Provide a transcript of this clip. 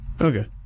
Okay